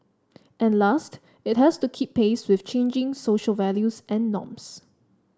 and last it has to keep pace with changing social values and norms